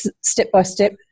step-by-step